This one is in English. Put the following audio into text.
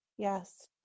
Yes